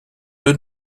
deux